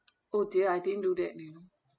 oh dear I didn't do that you know